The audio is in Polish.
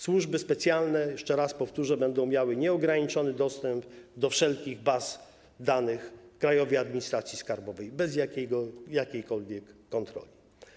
Służby specjalne - jeszcze raz powtórzę - będą miały nieograniczony dostęp do wszelkich baz danych Krajowej Administracji Skarbowej, bez jakiejkolwiek kontroli.